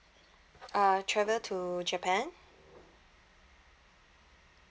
uh travel to japan